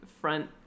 front